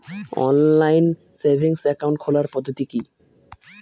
Online savings account খোলার পদ্ধতি কি?